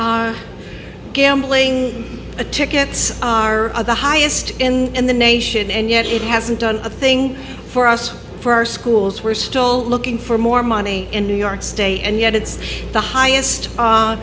state's gambling the tickets are the highest in the nation and yet it hasn't done a thing for us for our schools were stalled looking for more money in new york state and yet it's the highest